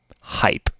hype